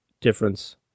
difference